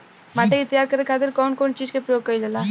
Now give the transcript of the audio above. माटी के तैयार करे खातिर कउन कउन चीज के प्रयोग कइल जाला?